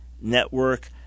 network